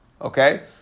Okay